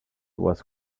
was